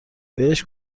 بهش